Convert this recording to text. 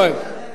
יואל.